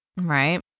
Right